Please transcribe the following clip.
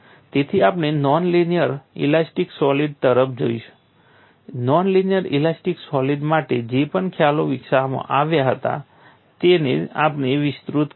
તેથી આપણે non linear elastic solid તરફ જોયું નોન લિનિયર ઇલાસ્ટિક સોલિડ માટે જે પણ ખ્યાલો વિકસાવવામાં આવ્યા હતા તેને આપણે વિસ્તૃત કર્યું